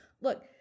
Look